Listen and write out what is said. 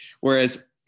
Whereas